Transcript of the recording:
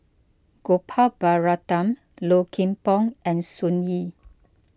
Gopal Baratham Low Kim Pong and Sun Yee